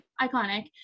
iconic